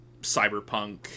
cyberpunk